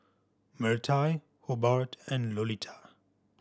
Mirtie Hobart and Lolita